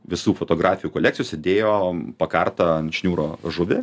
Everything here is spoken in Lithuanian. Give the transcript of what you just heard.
visų fotografijų kolekcijos idėjo pakartą ant šniūro žuvį